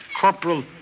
Corporal